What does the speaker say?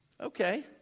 Okay